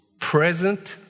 present